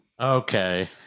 Okay